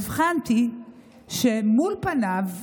הבחנתי שמול פניו,